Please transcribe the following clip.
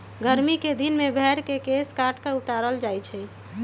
गरमि कें दिन में भेर के केश काट कऽ उतारल जाइ छइ